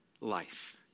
life